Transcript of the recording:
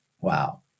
Wow